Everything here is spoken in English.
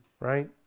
right